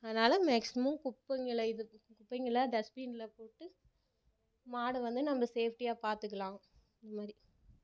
அதனால மேக்ஸிமம் குப்பைங்களை இதுக்கு குப்பைங்களை டஸ்பினில் போட்டு மாடை வந்து நம்ப சேஃப்டியாக பார்த்துக்கலாம் அதுமாதிரி